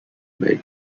ملک